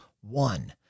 one